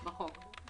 בהצעת החוק.